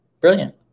brilliant